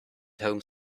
home